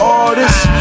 artists